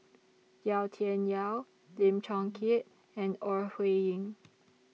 Yau Tian Yau Lim Chong Keat and Ore Huiying